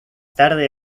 tarde